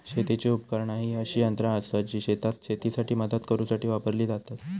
शेतीची उपकरणा ही अशी यंत्रा आसत जी शेतात शेतीसाठी मदत करूसाठी वापरली जातत